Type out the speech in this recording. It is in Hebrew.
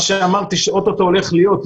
מה שאמרתי שאוטוטו הולך להיות,